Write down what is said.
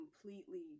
completely